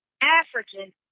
African